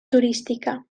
turística